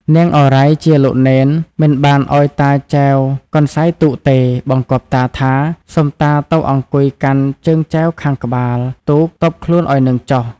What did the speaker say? នាងឱរ៉ៃ ជាលោកនេន មិនបានឲ្យតាចែវកន្សៃទូកទេ បង្គាប់តាថា " សូមតាទៅអង្គុយកាន់ជើងចែវខាងក្បាល ទូកទប់ខ្លួនឲ្យនឹងចុះ” ។